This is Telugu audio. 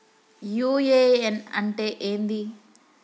యు.ఎ.ఎన్ అంటే ఏంది?